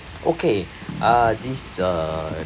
okay uh this uh